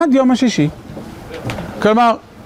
עד יום השישי. כלומר...